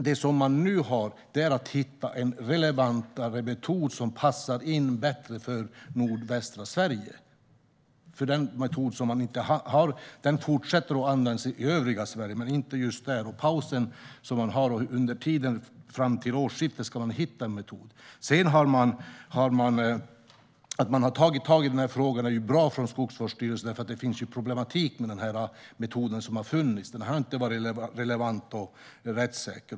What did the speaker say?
Det som man nu har att göra är att hitta en mer relevant metod som passar bättre för nordvästra Sverige, för den metod som man har fortsätter att användas i övriga Sverige men inte just där. Under pausen, tiden fram till årsskiftet, ska man hitta en metod. Att man har tagit tag i den här frågan från Skogsvårdsstyrelsen är bra, därför att det finns problem med metoden som har funnits. Den har inte varit relevant och rättssäker.